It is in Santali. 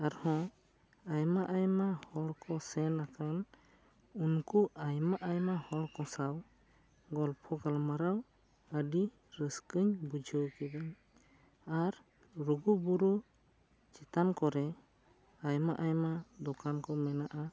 ᱟᱨᱦᱚᱸ ᱟᱭᱢᱟ ᱟᱭᱢᱟ ᱦᱚᱲ ᱠᱚ ᱥᱮᱱ ᱟᱠᱟᱱ ᱩᱱᱠᱩ ᱟᱭᱢᱟ ᱟᱭᱢᱟ ᱦᱚᱲ ᱠᱚ ᱥᱟᱶ ᱜᱚᱞᱯᱷᱚ ᱜᱟᱞᱢᱟᱨᱟᱣ ᱟᱹᱰᱤ ᱨᱟᱹᱥᱠᱟᱹᱧ ᱵᱩᱡᱷᱟᱹᱣ ᱠᱮᱫᱟ ᱟᱨ ᱞᱩᱜᱩ ᱵᱩᱨᱩ ᱪᱮᱛᱟᱱ ᱠᱚᱨᱮ ᱟᱭᱢᱟ ᱟᱭᱢᱟ ᱫᱚᱠᱟᱱ ᱠᱚ ᱢᱮᱱᱟᱜᱼᱟ